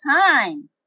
time